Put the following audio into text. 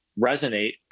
resonate